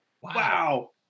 Wow